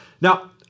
Now